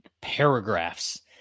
paragraphs